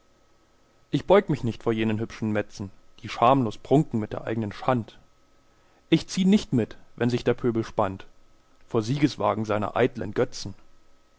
ich beug mich nicht vor jenen hübschen metzen die schamlos prunken mit der eignen schand ich zieh nicht mit wenn sich der pöbel spannt vor siegeswagen seiner eiteln götzen